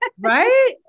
Right